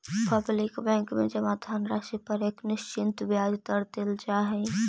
public bank में जमा धनराशि पर एक निश्चित ब्याज दर देल जा हइ